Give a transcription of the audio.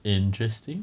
interesting